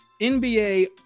NBA